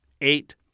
eight